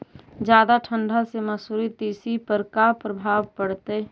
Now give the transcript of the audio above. जादा ठंडा से मसुरी, तिसी पर का परभाव पड़तै?